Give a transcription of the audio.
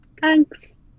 Thanks